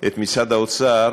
את משרד האוצר,